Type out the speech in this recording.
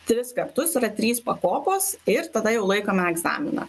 tris kartus yra trys pakopos ir tada jau laikome egzaminą